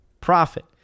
profit